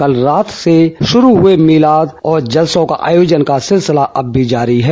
कल रात से शुरू हुए मिलाद और जलसो के आयोजन का सिलसिला अव भी जारी है